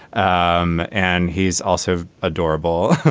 um and he's also adorable.